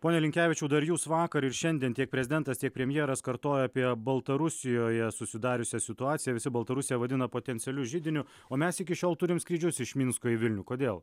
pone linkevičiau dar jūs vakar ir šiandien tiek prezidentas tiek premjeras kartoja apie baltarusijoje susidariusią situaciją visi baltarusiją vadina potencialiu židiniu o mes iki šiol turim skrydžius iš minsko į vilnių kodėl